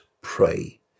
pray